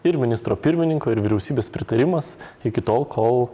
ir ministro pirmininko ir vyriausybės pritarimas iki tol kol